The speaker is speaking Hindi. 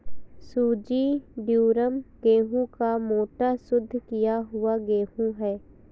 सूजी ड्यूरम गेहूं का मोटा, शुद्ध किया हुआ गेहूं है